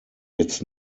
its